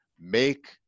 make